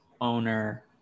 owner